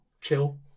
chill